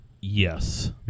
Yes